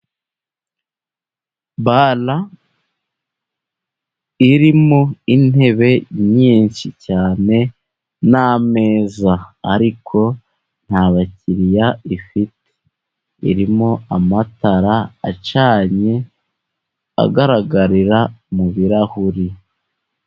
Bala irimo intebe nyinshi cyane n'ameza ariko nta bakiriya ifite. Irimo amatara acanye agaragarira mu birarahuri.